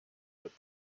with